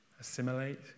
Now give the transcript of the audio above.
Assimilate